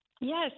Yes